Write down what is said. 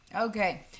Okay